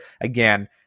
again